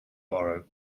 borrow